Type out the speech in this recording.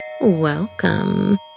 welcome